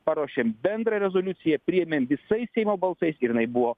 paruošėm bendrą rezoliuciją priėmėm visais seimo balsais ir jinai buvo